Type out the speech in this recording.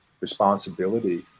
responsibility